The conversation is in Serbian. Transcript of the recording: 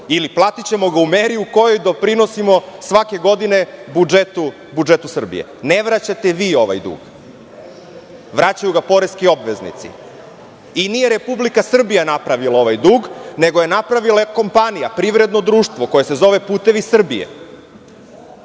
ili platićemo ga u meri u kojoj doprinosimo svake godine budžetu Srbije. Ne vraćate vi ovaj dug. Vraćaju ga poreski obveznici. Nije Republika Srbija napravila ovaj dug, nego je napravila kompanija, privrednog društvo koje se zove "Putevi Srbije",